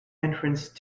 entrance